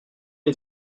est